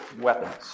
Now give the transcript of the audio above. weapons